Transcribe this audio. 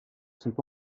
sont